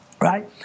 right